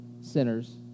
sinners